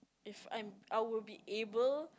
if I'm I will be able